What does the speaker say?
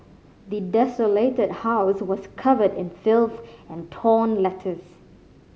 the desolated house was covered in filth and torn letters